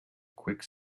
quick